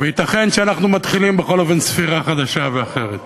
וייתכן שאנחנו מתחילים בכל אופן ספירה חדשה ואחרת,